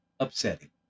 Upsetting